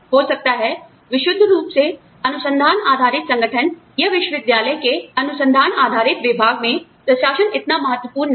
हो सकता है विशुद्ध रूप से अनुसंधान आधारित संगठन या विश्वविद्यालय के अनुसंधान आधारित विभाग में प्रशासन इतना महत्वपूर्ण ना हो